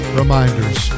reminders